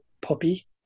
puppy